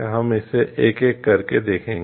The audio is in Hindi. हम इसे एक एक करके देखेंगे